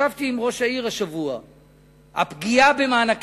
ישבתי השבוע עם ראש העיר,